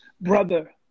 brother